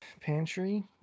pantry